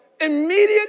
immediate